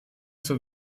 zur